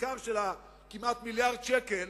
בעיקר של הכמעט מיליארד שקל